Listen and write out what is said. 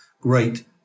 great